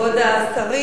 גברתי היושבת-ראש,